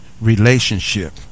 relationship